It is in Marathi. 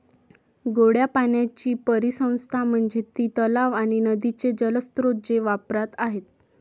गोड्या पाण्याची परिसंस्था म्हणजे ती तलाव आणि नदीचे जलस्रोत जे वापरात आहेत